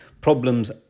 problems